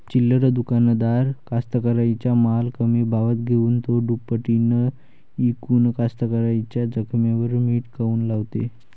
चिल्लर दुकानदार कास्तकाराइच्या माल कमी भावात घेऊन थो दुपटीनं इकून कास्तकाराइच्या जखमेवर मीठ काऊन लावते?